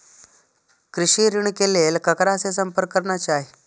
कृषि ऋण के लेल ककरा से संपर्क करना चाही?